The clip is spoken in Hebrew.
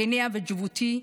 קניה וג'יבוטי,